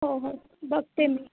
हो हो बघते मी